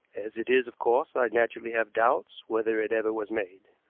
as it is, of course, i naturally have doubts whether it ever was made.